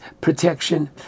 protection